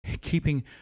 keeping